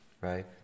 right